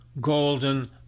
golden